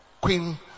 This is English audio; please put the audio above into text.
Queen